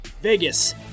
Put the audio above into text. Vegas